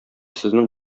сезнең